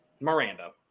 Miranda